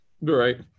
Right